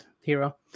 hero